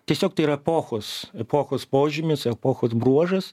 tiesiog tai yra epochos epochos požymis epochos bruožas